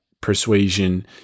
persuasion